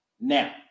Now